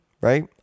right